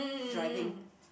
driving